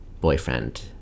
boyfriend